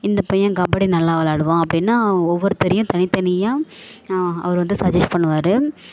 இந்த பையன் கபடி நல்லா விளாடுவான் அப்படின்னா ஒவ்வொருத்தரையும் தனித்தனியாக அவர் வந்து சஜஸ்ட் பண்ணுவார்